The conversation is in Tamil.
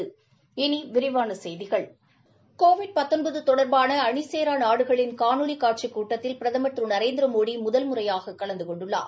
இனி விரிவான செய்திகள் கோவிட பத்தொன்பது தொடர்பான அணி சேரா நாடுகளின் காணொளி காட்சி கூட்டத்தில் பிரதமர் திரு நரேந்திர மோடி முதல் முறையாக கலந்துகொண்டுள்ளார்